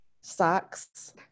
socks